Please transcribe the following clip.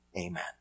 Amen